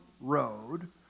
road